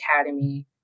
Academy